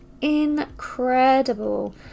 Incredible